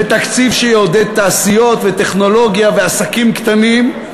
זה תקציב שיעודד תעשיות וטכנולוגיה ועסקים קטנים.